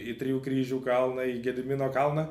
į trijų kryžių kalną į gedimino kalną